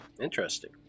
Interesting